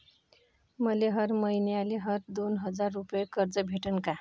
मले हर मईन्याले हर दोन हजार रुपये कर्ज भेटन का?